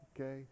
okay